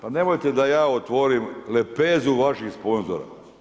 Pa nemojte da ja otvorim lepezu vaših sponzora.